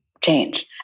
change